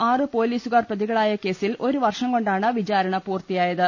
ആറു പൊലീസുകാർ പ്രതി കളായ കേസിൽ ഒരു വർഷംകൊണ്ടാണ് വിചാരണ പൂർത്തിയാ യത്